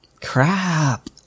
Crap